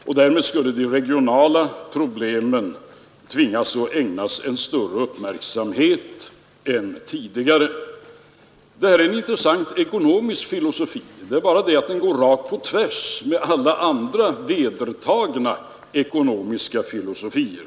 Man menar att de regionala problemen därför måste ägnas större uppmärksamhet än tidigare. Detta är en intressant ekonomisk filosofi. Det är bara det att den går rakt på tvärs mot alla andra vedertagna ekonomiska filosofier.